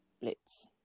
blitz